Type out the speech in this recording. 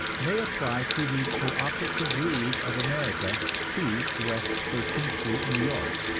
may apply to the co-operative league of america, two west thirteenth street, new york,